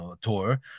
tour